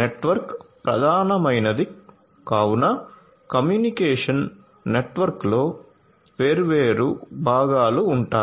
network ప్రధానమైనది కావున communication నెట్వర్క్లో వేర్వేరు భాగాలు ఉంటాయి